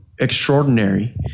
extraordinary